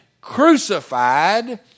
crucified